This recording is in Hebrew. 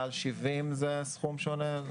מעל מדרגה של 70% נכות זה סכום שונה.